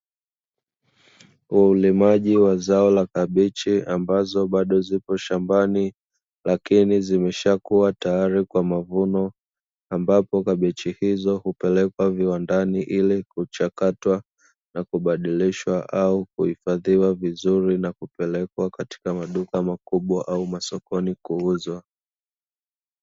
Ulimaji wa zao la kabichi ambazo bado zipo shambani lakini zimeshakuwa tayari kwa mavuno, ambapo kabichi hizo hupelekwa viwandani ili kuchakatwa na kubadilishwa au kuhifadhiwa vizuri na kupelekwa katika maduka makubwa au masokoni kuuzwa.